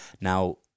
now